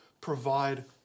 provide